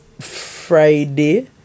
Friday